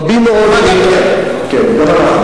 רבים מאוד מאתנו, כן, גם אנחנו.